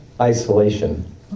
isolation